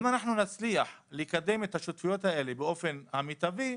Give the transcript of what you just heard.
אם אנחנו הצליח לקדם את השותפויות האלה באופן המיטבי,